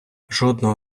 жодного